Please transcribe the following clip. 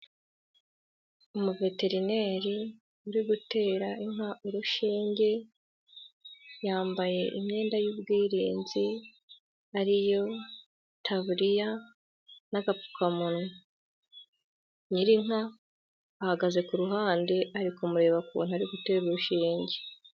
Umuveterineri uri gutera inka urushinge, yambaye imyenda y'ubwirinzi ari yo itaburiya n'agapfukamunwa, nyir'inka ahagaze ku ruhande ari kumureba ukuntu ari gutera urushinge.